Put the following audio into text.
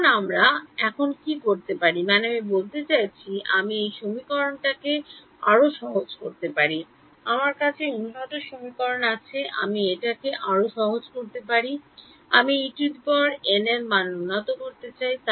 এখন আমরা এখন কি করতে পারি মানে আমি বলতে চাইছি আমি এই সমীকরণটা কে আরও সহজ করতে পারি আমার কাছে উন্নত সমীকরণ আছে আমি এটাকে আরও সহজ করতে পারি আমি এর মান উন্নত করতে চাই